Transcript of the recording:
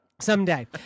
Someday